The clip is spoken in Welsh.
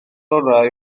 orau